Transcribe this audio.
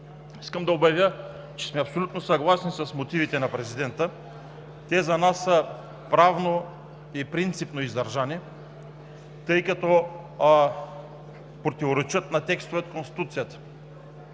Искам да обявя, че сме абсолютно съгласни с мотивите на президента. Те за нас са правно и принципно издържани, тъй като предложенията противоречат на текстове от Конституцията.